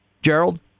Gerald